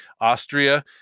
Austria